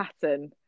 pattern